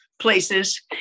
places